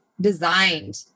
designed